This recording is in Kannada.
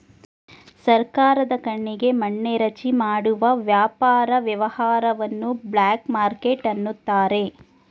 ಸರ್ಕಾರದ ಕಣ್ಣಿಗೆ ಮಣ್ಣೆರಚಿ ಮಾಡುವ ವ್ಯಾಪಾರ ವ್ಯವಹಾರವನ್ನು ಬ್ಲಾಕ್ ಮಾರ್ಕೆಟ್ ಅನ್ನುತಾರೆ